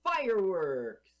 fireworks